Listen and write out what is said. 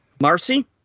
Marcy